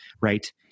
Right